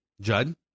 Judd